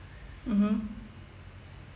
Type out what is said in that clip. mmhmm